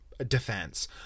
Defense